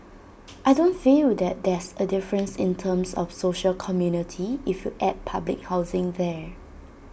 I don't feel that there's A difference in terms of social community if you add public housing there